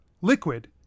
liquid